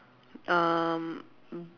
um